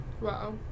Wow